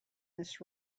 this